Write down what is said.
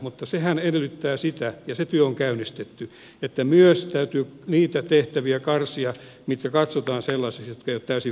mutta sehän edellyttää sitä ja se työ on käynnistetty että myös täytyy karsia niitä tehtäviä mitkä katsotaan sellaisiksi että ne eivät ole täysin välttämättömiä